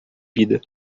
vida